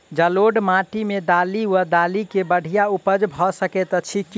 जलोढ़ माटि मे दालि वा दालि केँ बढ़िया उपज भऽ सकैत अछि की?